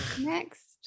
Next